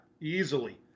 easily